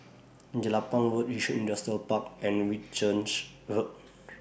Jelapang Road Yishun Industrial Park and Whitchurch Road